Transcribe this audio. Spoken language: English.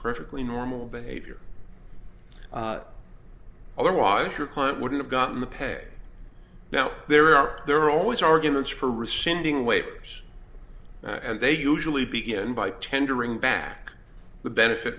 perfectly normal behavior otherwise your client would have gotten the pay now there are there are always arguments for rescinding waivers and they usually begin by tendering back the benefit